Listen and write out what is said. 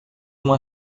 uma